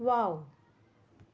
wow